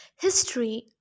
history